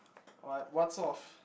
alright what sort of